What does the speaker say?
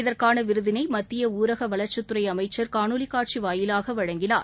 இதற்கானவிருதினைமத்தியனரகவளர்ச்சித் துறைஅமைச்சர் காணொலிகாட்சிவாயிலாகவழங்கினார்